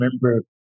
remember